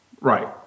Right